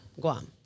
Guam